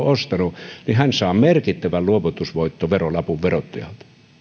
ostanut niin hän saa merkittävän luovutusvoittoverolapun verottajalta